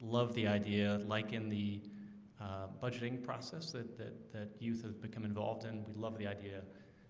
love the idea like in the budgeting process that that youth have become involved and we love the idea